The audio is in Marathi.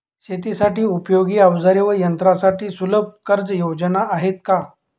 शेतीसाठी उपयोगी औजारे व यंत्रासाठी सुलभ कर्जयोजना आहेत का?